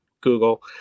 Google